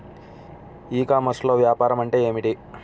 ఈ కామర్స్లో వ్యాపారం అంటే ఏమిటి?